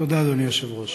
תודה, אדוני היושב-ראש.